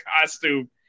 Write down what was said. costume